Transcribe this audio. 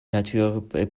nature